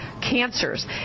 cancers